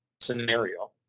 scenario